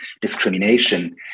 discrimination